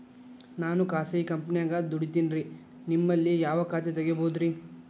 ನಾನು ಖಾಸಗಿ ಕಂಪನ್ಯಾಗ ದುಡಿತೇನ್ರಿ, ನಿಮ್ಮಲ್ಲಿ ಯಾವ ಖಾತೆ ತೆಗಿಬಹುದ್ರಿ?